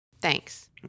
Thanks